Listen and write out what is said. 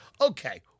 Okay